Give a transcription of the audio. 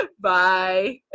Bye